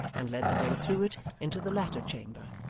and led the way through it into the latter chamber,